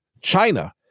china